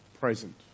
present